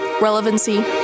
relevancy